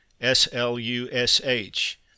S-L-U-S-H